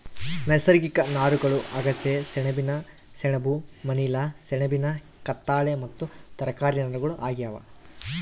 ನೈಸರ್ಗಿಕ ನಾರುಗಳು ಅಗಸೆ ಸೆಣಬಿನ ಸೆಣಬು ಮನಿಲಾ ಸೆಣಬಿನ ಕತ್ತಾಳೆ ಮತ್ತು ತರಕಾರಿ ನಾರುಗಳು ಆಗ್ಯಾವ